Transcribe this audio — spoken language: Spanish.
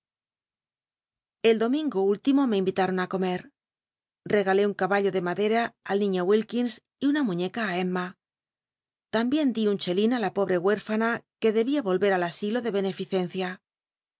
el dom ingo último me invitaron i comer regalé un caballo de madera al niño wilkins y una muíicca i emma l'ambien di un chelín ü la pobro huétfana que tlebia yoirer al asilo de bcncllcencia